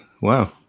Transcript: Wow